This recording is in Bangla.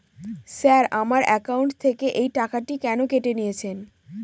স্যার আমার একাউন্ট থেকে এই টাকাটি কেন কেটে নিয়েছেন?